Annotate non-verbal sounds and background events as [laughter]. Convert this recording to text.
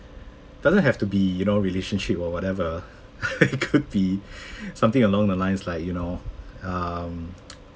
doesn't have to be you know relationship or whatever [laughs] it could be something along the lines like you know um [noise]